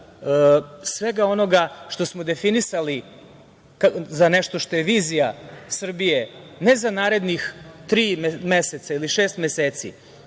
svega onoga što smo definisali za nešto što je vizija Srbije, ne za narednih tri, meseca, ili šest meseci,